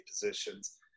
positions